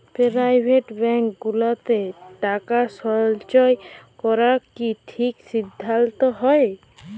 private bank গুলাতে টাকা সল্চয় ক্যরা কি ঠিক সিদ্ধাল্ত হ্যয়